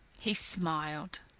he smiled.